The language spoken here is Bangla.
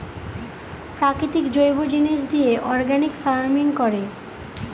প্রাকৃতিক জৈব জিনিস দিয়ে অর্গানিক ফার্মিং করে